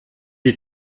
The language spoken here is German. die